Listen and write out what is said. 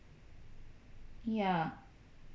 ya